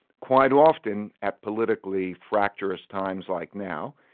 quite often at politically fractious times like now,